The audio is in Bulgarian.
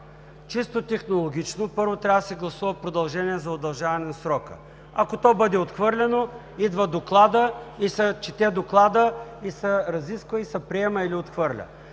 Чисто технологично, първо, трябва да се гласува продължение за удължаване на срока. Ако то бъде отхвърлено, идва Докладът, чете се, разисква се и се приема или отхвърля.